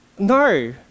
No